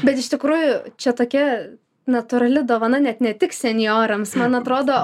bet iš tikrųjų čia tokia natūrali dovana net ne tik senjorams man atrodo